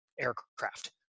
aircraft